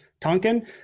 Tonkin